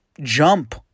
jump